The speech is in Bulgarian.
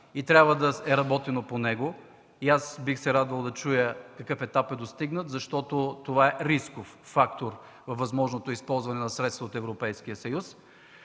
и трябва да е работено по него. Бих се радвал да чуя какъв етап е достигнат, защото това е рисков фактор във възможното използване на средства от Европейския съюз.